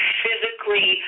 physically